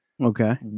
Okay